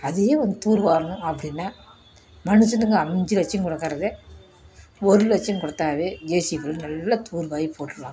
அதையே வந்து தூர் வாரணும் அப்படின்னா மனுஷனுக்கு அஞ்சு லட்சம் கொடுக்குறதே ஒரு லட்சம் கொடுத்தாவே ஜேசிபி வந்து நல்லா தூர் வாரி போட்டுருவாங்க